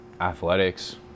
Athletics